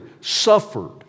suffered